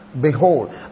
behold